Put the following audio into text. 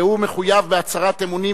והוא מחויב בהצהרת אמונים,